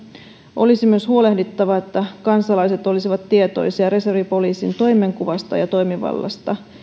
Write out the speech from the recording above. olisi myös huolehdittava että kansalaiset olisivat tietoisia reservipoliisin toimenkuvasta ja toimivallasta